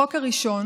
החוק הראשון